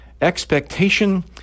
Expectation